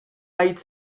hitz